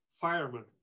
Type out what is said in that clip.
fireman